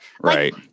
Right